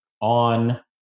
on